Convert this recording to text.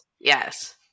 Yes